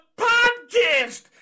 podcast